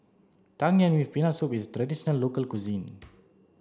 Tang Yuen with peanut soup is a traditional local cuisine